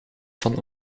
van